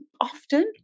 often